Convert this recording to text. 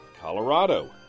Colorado